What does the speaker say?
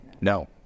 No